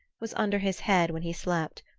was under his head when he slept,